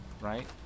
right